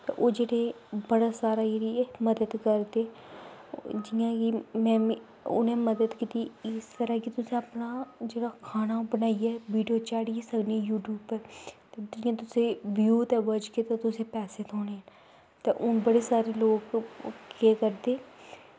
ते ओह् जेह्ड़े बड़े सारे जेह्ड़ी मदद करदे जियां कि में उ'नें मदद कीती कि जिस तरह कि तुसें अपना जेह्ड़ा खाना बनाइयै वीडियो चाढ़ियै सकने यूट्यूब उप्पर ते जियां तुसेंगी व्यूज़ ते बज्झगे ते तुसेंगी पैसे थ्होने ते हून बड़े सारे लोक ओह् केह् करदे